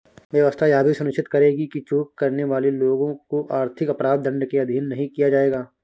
व्यवस्था यह भी सुनिश्चित करेगी कि चूक करने वाले लोगों को आर्थिक अपराध दंड के अधीन नहीं किया जाएगा